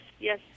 yes